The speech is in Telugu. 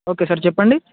ఓకే సార్ చెప్పండి